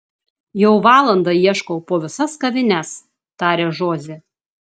jau valandą ieškau po visas kavines tarė žozė